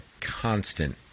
constant